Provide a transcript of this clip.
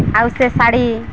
ଆଉ ସେ ଶାଢ଼ୀ